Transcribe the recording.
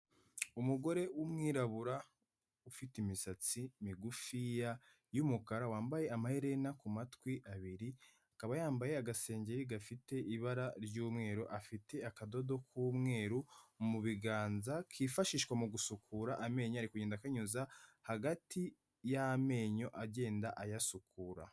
Umugore w'umwirabura ufite imisatsi migufiya y'umukara, wambaye amaherena ku matwi abiri, akaba yambaye agasengeri gafite ibara ry'umweru, afite akadodo k'umweru mu biganza kifashishwa mu gusukura amenyo, ari kugenda akanyuza hagati y'amenyo agenda ayasukura.